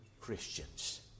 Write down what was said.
Christians